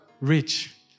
rich